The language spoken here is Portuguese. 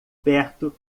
perto